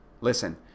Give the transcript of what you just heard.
Listen